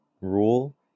rule